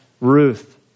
ruth